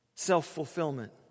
Self-fulfillment